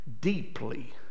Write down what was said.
deeply